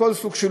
מכל סוג,